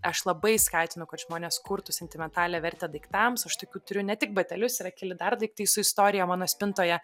aš labai skatinu kad žmonės kurtų sentimentalią vertę daiktams aš tokių turiu ne tik batelius yra keli dar daiktai su istorija mano spintoje